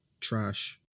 trash